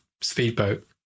speedboat